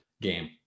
game